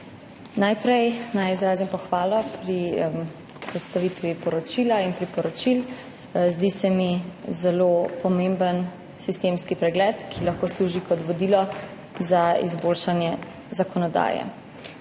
Najprej naj izrazim pohvalo pri predstavitvi poročila in priporočil. Zdi se mi zelo pomemben sistemski pregled, ki lahko služi kot vodilo za izboljšanje zakonodaje.